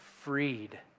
freed